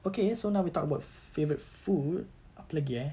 okay so now we talk about favorite food apa lagi eh